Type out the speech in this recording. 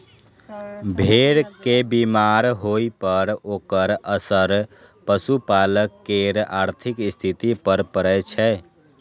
भेड़ के बीमार होइ पर ओकर असर पशुपालक केर आर्थिक स्थिति पर पड़ै छै